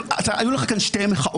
היו לך כאן שתי מחאות.